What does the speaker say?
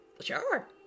Sure